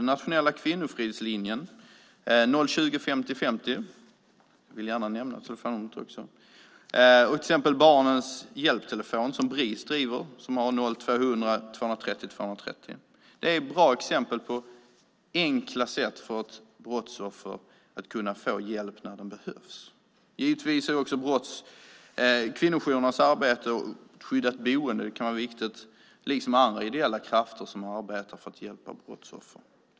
Den nationella Kvinnofridslinjen, 020-50 50 50, som jag gärna vill nämna och Barnens hjälptelefon som Bris har, 0200-230 230, är bra exempel på hur brottsoffer på ett enkelt sätt kan få hjälp när den behövs. Givetvis är också kvinnojourernas arbete och skyddat boende viktigt, liksom andra ideella krafters arbete för hjälp av brottsoffer.